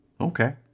Okay